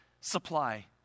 supply